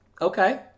Okay